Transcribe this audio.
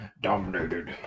dominated